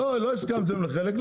לא הסכמתם לחלק,